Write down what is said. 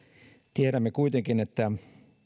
tiedämme kuitenkin että